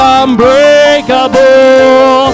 unbreakable